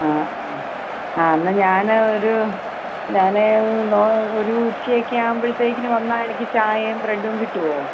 ആ ആ ആ എന്നാൽ ഞാൻ ഒരു ഞാനേയ് ഒരൂ ഉച്ചയൊക്കെ ആവുമ്പോഴത്തേക്ക് വന്നാൽ എനിക്ക് ചായയും ബ്രെഡും കിട്ടുമോ